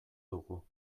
dugu